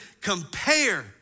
compare